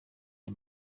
aya